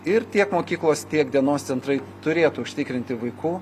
ir tiek mokyklos tiek dienos centrai turėtų užtikrinti vaikų